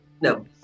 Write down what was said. No